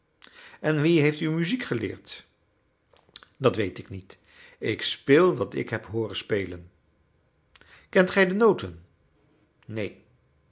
en wie heeft u muziek geleerd dat weet ik niet ik speel wat ik heb hooren spelen kent gij de noten neen